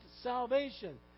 salvation